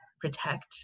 protect